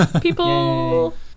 people